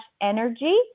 energy